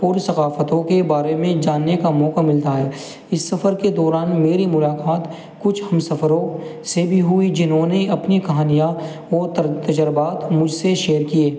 اور ثقافتوں کے بارے میں جاننے کا موقع ملتا ہے اس سفر کے دوران میری ملاقات کچھ ہم سفروں سے بھی ہوئی جنہوں نے اپنی کہانیاں اور تجربات مجھ سے شیئر کیے